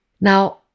Now